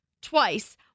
twice